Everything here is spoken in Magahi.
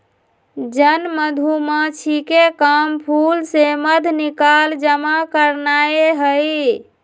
जन मधूमाछिके काम फूल से मध निकाल जमा करनाए हइ